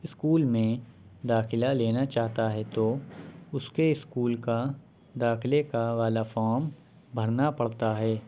school میں داخلہ لینا چاہتا ہے تو اس کے اسکول کا داخلہ کا والا فارم بھرنا پڑتا ہے